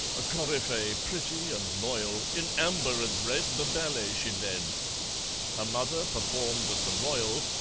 a coryphee, pretty and loyal, in amber and red the ballet she led her mother performed at the royal,